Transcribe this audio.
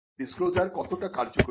disclosure কতটা কার্যকরী